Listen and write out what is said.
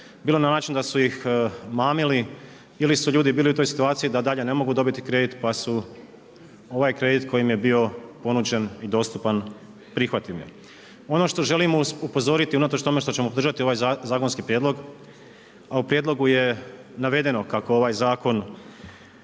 bilo na način da su ih mamili ili su ljudi bili u toj situaciji da dalje ne mogu dobiti kredit, pa su ovaj kredit koji im je bio ponuđen i dostupan prihvatili. Ono što želim upozoriti unatoč tome što ćemo podržati ovaj zakonski prijedlogu u prijedlogu je navedeno kako ovaj zakon